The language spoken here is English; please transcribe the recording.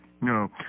No